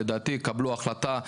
לדעתי יקבלו החלטה.